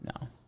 No